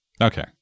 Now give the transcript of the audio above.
Okay